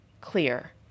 clear